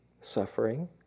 suffering